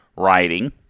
writing